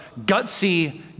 gutsy